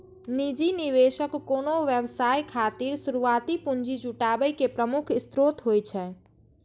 निजी निवेशक कोनो व्यवसाय खातिर शुरुआती पूंजी जुटाबै के प्रमुख स्रोत होइ छै